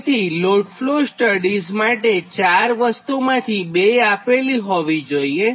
તેથીલોડ flow studies માટે 4 માંથી 2 વસ્તુ આપેલી હોવી જોઇએ